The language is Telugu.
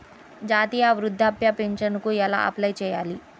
జాతీయ వృద్ధాప్య పింఛనుకి ఎలా అప్లై చేయాలి?